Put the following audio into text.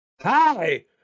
Hi